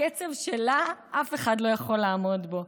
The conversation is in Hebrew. הקצב שלה, אף אחד לא יכול לעמוד בו.